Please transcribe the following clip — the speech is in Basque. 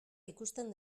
ikusten